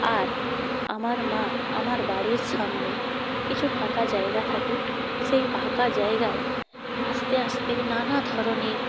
আর আমার মা আমার বাড়ির সামনে কিছু ফাঁকা জায়গা থাকে সেই ফাঁকা জায়গায় আস্তে আস্তে নানা ধরনের